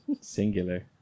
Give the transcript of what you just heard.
Singular